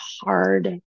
hard